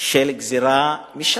של גזירה משמים.